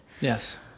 Yes